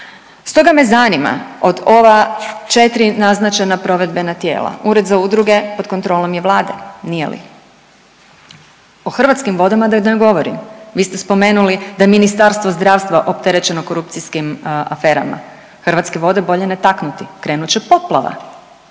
Stoga me zanima od ova četiri naznačena provedbena tijela, Ured za udruge pod kontrolom je Vlade. O Hrvatskim vodama da ne govorim. Vi ste spomenuli da je Ministarstvo zdravstva opterećeno korupcijskim aferama. Hrvatske vode bolje ne taknuti, krenut će poplava.